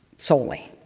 solely.